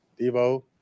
Debo